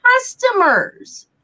customers